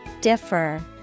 Differ